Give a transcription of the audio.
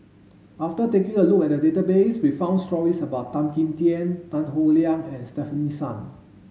after taking a look at the database we found stories about Tan Kim Tian Tan Howe Liang and Stefanie Sun